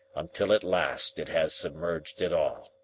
until at last it has submerged it all.